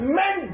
men